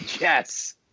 yes